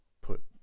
put